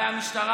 השוטרת